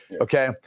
Okay